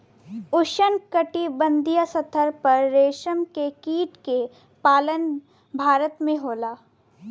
उष्णकटिबंधीय स्तर पर रेशम के कीट के पालन भारत में होला